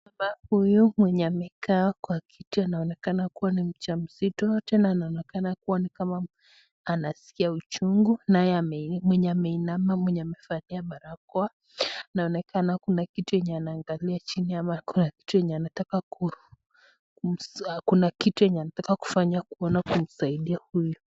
Huyu mwenye amekaa kwa kiti anaonekana kuwa ni mjamzito tena anaonekana kuwa ni kama anasikia uchungu naye mwenye ameinama mwenye amefalia barakoa. Naonekana kuna kitu yenye anaangalia chini ama kuna kitu yenye anataka kuna kitu yenye anataka kufanya kuona kumsaidia huyu.